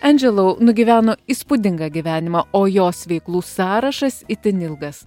endželou nugyveno įspūdingą gyvenimą o jos veiklų sąrašas itin ilgas